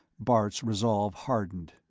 bart's resolve hardened.